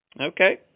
Okay